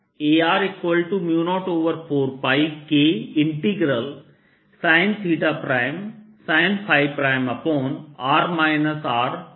r R